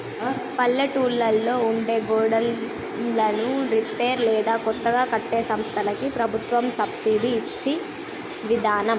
పల్లెటూళ్లలో ఉండే గోడన్లను రిపేర్ లేదా కొత్తగా కట్టే సంస్థలకి ప్రభుత్వం సబ్సిడి ఇచ్చే విదానం